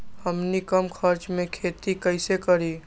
हमनी कम खर्च मे खेती कई से करी?